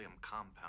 compound